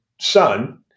son